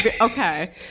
okay